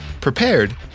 prepared